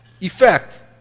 effect